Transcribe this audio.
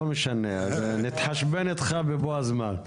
לא משנה, נתחשבן איתך בבוא הזמן.